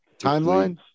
timeline